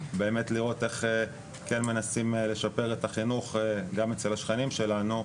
לראות איך מנסים לשפר את החינוך גם אצל השכנים שלנו,